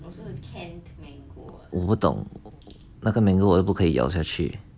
我不懂那个 mango uh 不可以咬下去